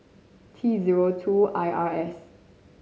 T zero two I R S